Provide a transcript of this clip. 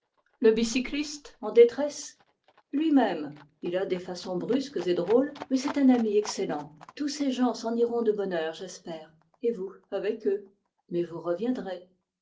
le cycliste en détresse lui-même il a des façons brusques et drôles mais c'est un ami excellent tous ces gens s'en iront de bonne heure j'espère et vous avec eux mais vous reviendrez